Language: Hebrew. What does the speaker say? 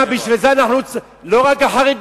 מה, בשביל זה נחוץ, לא רק החרדים.